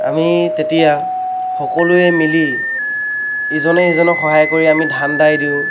আমি তেতিয়া সকলোৱে মিলি ইজনে সিজনক সহায় কৰি আমি ধান দাই দিওঁ